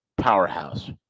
powerhouse